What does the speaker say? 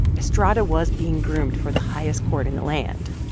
estrada was being groomed for the highest court in the land,